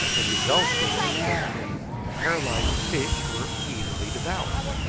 the result being that the paralysed fish were easily devoured.